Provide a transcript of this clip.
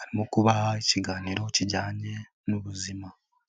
arimo kubaha ikiganiro kijyanye n'ubuzima.